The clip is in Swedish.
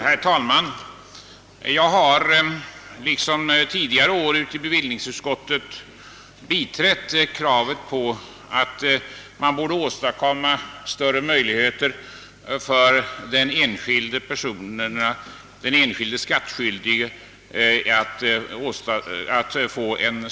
Herr talman! Jag har liksom tidigare år i bevillningsutskottet biträtt kravet på att större rättssäkerhet skulle skapas för den enskilde i skatteärenden.